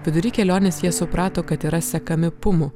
vidury kelionės jie suprato kad yra sekami pumų